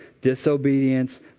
Disobedience